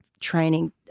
training